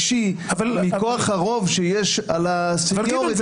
מכוח הרוב שיש על הסיניוריטי --- גדעון,